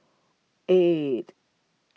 eight